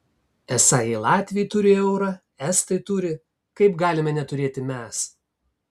esą jei latviai turi eurą estai turi kaip galime neturėti mes